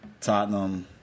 Tottenham